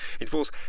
enforce